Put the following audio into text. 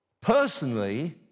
personally